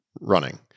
running